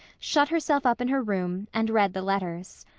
shut herself up in her room, and read the letters.